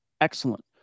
excellent